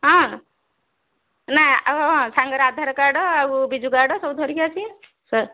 ହଁ ନା ଆଉ ହଁ ସାଙ୍ଗରେ ଆଧାର କାର୍ଡ଼ ଆଉ ବିଜୁ କାର୍ଡ଼ ସବୁ ଧରିକି ଆସିବେ ହଁ